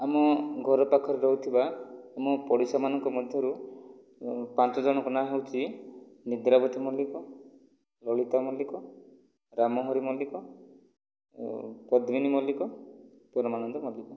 ଆମ ଘର ପାଖରେ ରହୁଥିବା ଆମ ପଡ଼ିଶାମାନଙ୍କ ମଧ୍ୟରୁ ପାଞ୍ଚଜଣଙ୍କ ନାଁ ହେଉଛି ନିଦ୍ରାବତୀ ମଲ୍ଲିକ ଲଳିତା ମଲ୍ଲିକ ରାମହରି ମଲ୍ଲିକ ପଦ୍ମିନୀ ମଲ୍ଲିକ ପରମାନନ୍ଦ ମଲ୍ଲିକ